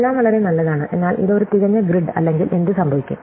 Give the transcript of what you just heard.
എല്ലാം വളരെ നല്ലതാണ് എന്നാൽ ഇത് ഒരു തികഞ്ഞ ഗ്രിഡ് അല്ലെങ്കിൽ എന്ത് സംഭവിക്കും